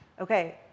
okay